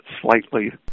slightly